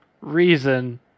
reason